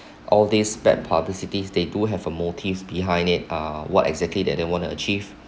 all these bad publicity they do have a motive behind it uh what exactly that they want to achieve